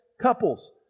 couples